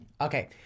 Okay